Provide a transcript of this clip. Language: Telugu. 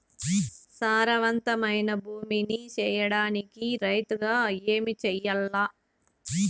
సారవంతమైన భూమి నీ సేయడానికి రైతుగా ఏమి చెయల్ల?